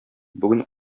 бүген